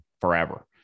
forever